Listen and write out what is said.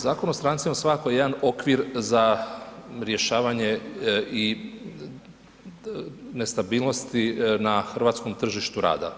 Zakon o strancima svakako je jedan okvir za rješavanje i nestabilnosti na hrvatskom tržištu rada.